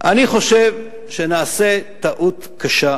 אני חושב שנעשה טעות קשה,